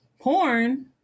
Porn